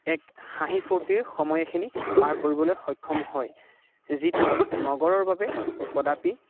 এক হাঁহি ফুৰ্তিৰ সময়খিনি পাৰ কৰিবলৈ সক্ষম হয় যিটো নগৰৰ বাবে কদাপি